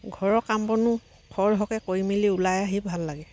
ঘৰৰ কাম বনো খৰ ধৰকৈ কৰি মেলি ওলাই আহি ভাল লাগে